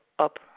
Up